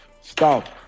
stop